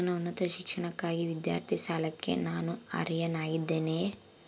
ನನ್ನ ಉನ್ನತ ಶಿಕ್ಷಣಕ್ಕಾಗಿ ವಿದ್ಯಾರ್ಥಿ ಸಾಲಕ್ಕೆ ನಾನು ಅರ್ಹನಾಗಿದ್ದೇನೆಯೇ?